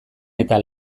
eta